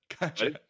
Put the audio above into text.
Gotcha